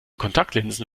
kontaktlinsen